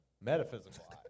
Metaphysical